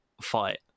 fight